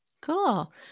Cool